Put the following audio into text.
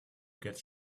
get